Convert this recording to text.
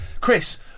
Chris